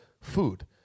food